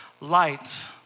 light